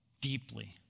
deeply